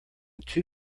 too